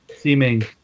seeming